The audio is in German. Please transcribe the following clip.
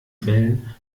wellen